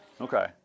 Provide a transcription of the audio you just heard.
okay